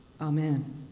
Amen